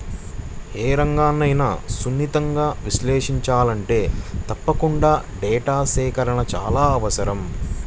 ఏ రంగన్నైనా సునిశితంగా విశ్లేషించాలంటే తప్పకుండా డేటా సేకరణ చాలా అవసరం